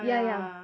ya ya